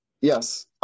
Yes